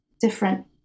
different